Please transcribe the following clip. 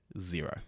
Zero